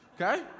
okay